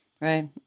right